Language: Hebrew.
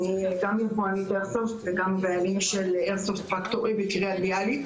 אני גם יבואנית איירסופט וגם בעלים של איירסופט פקטורי בקריית ביאליק.